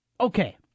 okay